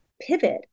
pivot